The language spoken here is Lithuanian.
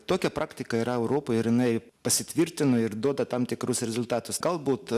tokia praktika yra europoje ir jinai pasitvirtino ir duoda tam tikrus rezultatus galbūt